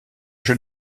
jeu